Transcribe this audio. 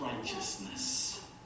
righteousness